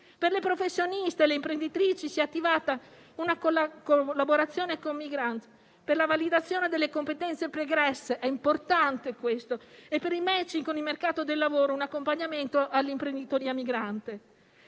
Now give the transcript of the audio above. Per le professioniste e le imprenditrici sia attivata una collaborazione con Migrants, per la validazione delle competenze pregresse (è importante questo) e per il *matching* con il mercato del lavoro; un accompagnamento all'imprenditoria migrante.